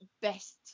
best